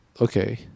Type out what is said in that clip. Okay